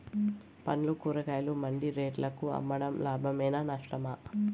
పండ్లు కూరగాయలు మండి రేట్లకు అమ్మడం లాభమేనా నష్టమా?